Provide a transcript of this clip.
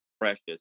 precious